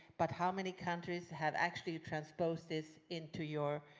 but how many countries have actually transposed this into your